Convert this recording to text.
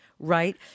right